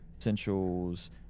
Essentials